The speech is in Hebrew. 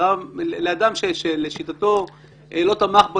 לאדם שלשיטתו לא נכנס בו,